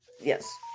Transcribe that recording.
Yes